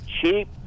cheap